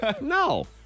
No